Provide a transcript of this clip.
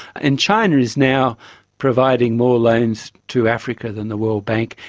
and china is now providing more loans to africa than the world bank.